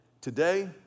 today